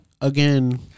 again